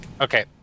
Okay